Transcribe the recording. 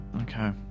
Okay